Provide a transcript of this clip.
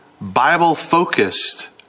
Bible-focused